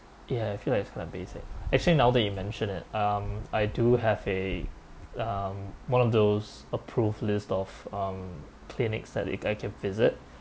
ya I feel like it's kind of basic actually now that you mention it um I do have a um one of those approved list of um clinics that it I can visit